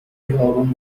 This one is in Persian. اروم